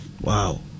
Wow